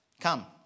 come